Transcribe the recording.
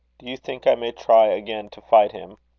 do you think i may try again to fight him?